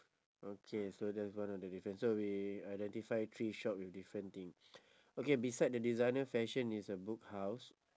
okay so that's one of the difference so we identify three shop with different thing okay beside the designer fashion is a book house